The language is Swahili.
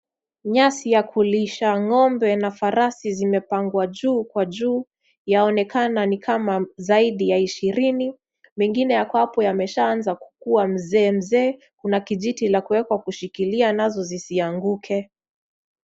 Nyasi ya kulisha ng'ombe na farasi zimepangwa juu kwa juu. Yaonekana ni kama zaidi ya ishirini mengine yako hapo ni kama ishaanza kukuwa, kuna mzee mzee. Kuna kijiti la kuwekwa kushikilia nazo zisianguke.